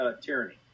tyranny